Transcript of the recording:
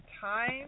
time